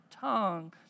tongue